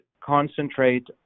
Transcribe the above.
concentrate